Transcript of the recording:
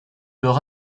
leurs